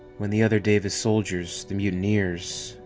when the other davis soldiers, the mutineers,